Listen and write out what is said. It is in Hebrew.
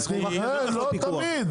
רגע, לא תמיד.